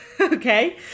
okay